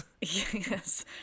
Yes